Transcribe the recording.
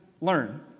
learn